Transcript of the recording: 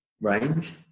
range